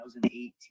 2018